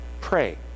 pray